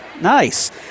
Nice